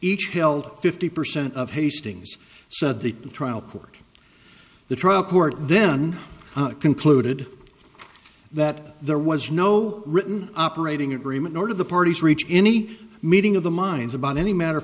each held fifty percent of hastings said the trial court the trial court then concluded that there was no written operating agreement nor did the parties reach any meeting of the minds about any matter of